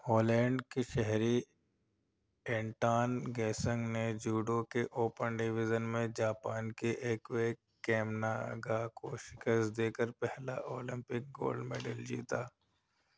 Holland کے شہری Anton Geesink نے جوڈو کے اوپن ڈویژن میں جاپان کے اکیو کمیناگا کو شکست دے کر پہلا اولمپک گولڈ میڈل جیتا